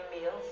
meals